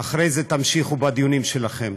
ואחרי זה תמשיכו בדיונים שלכם.